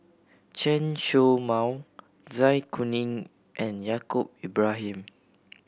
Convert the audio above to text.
Chen Show Mao Zai Kuning and Yaacob Ibrahim